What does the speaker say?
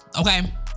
okay